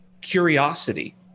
curiosity